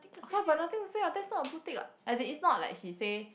!huh! but nothing to say what that's not a blue tick what as in it's not like she say